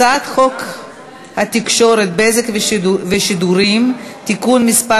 הצעת חוק התקשורת (בזק ושידורים) (תיקון מס'